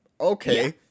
okay